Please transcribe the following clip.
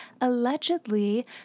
allegedly